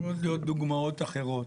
יכולות להיות דוגמאות אחרות.